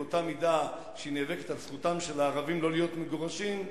באותה מידה שהיא נאבקת על זכותם של הערבים לא להיות מגורשים,